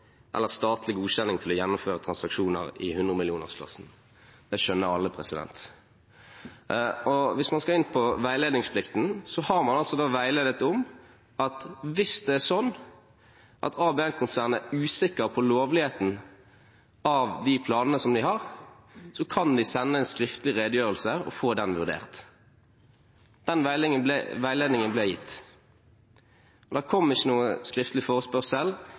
eller statlig godkjenning til å gjennomføre transaksjoner i hundremillionersklassen. Det skjønner alle. Og hvis man skal inn på veiledningsplikten: Man har altså veiledet om at hvis det er sånn at ABM-konsernet er usikker på lovligheten av de planene de har, kan de sende en skriftlig redegjørelse og få den vurdert. Den veiledningen ble gitt, men det kom ikke noen skriftlig forespørsel.